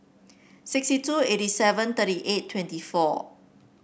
sixty two eighty seven thirty eight twenty four